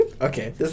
Okay